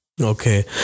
Okay